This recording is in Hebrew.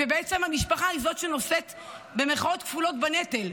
והמשפחה היא שנושאת ב"נטל".